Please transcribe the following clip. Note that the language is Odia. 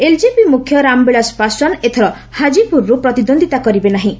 ଏଲ୍ଜେପି ମୁଖ୍ୟ ରାମବିଳାଶ ପାଶ୍ୱାନ୍ ଏଥର ହାକିପୁରରୁ ପ୍ରତିଦ୍ୱନ୍ଦିତା କରିବେ ନାହିଁ